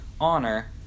honor